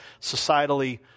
societally